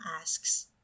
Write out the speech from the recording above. asks